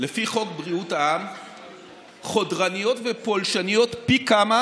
לפי חוק בריאות העם חודרניות ופולשניות פי כמה,